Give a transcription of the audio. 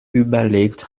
überlegt